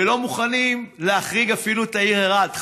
ולא מוכנים להחריג אפילו את העיר אילת.